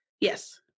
Yes